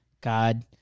God